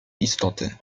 istoty